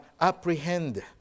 Apprehend